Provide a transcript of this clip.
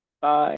Bye